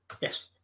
yes